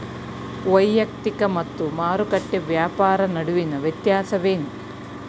ವೈಯಕ್ತಿಕ ಮತ್ತು ಮಾರುಕಟ್ಟೆ ವ್ಯಾಪಾರ ನಡುವಿನ ವ್ಯತ್ಯಾಸವೇನು?